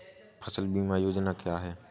फसल बीमा योजना क्या है?